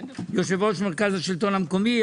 יושב ראש מרכז השלטון המקומי.